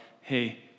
hey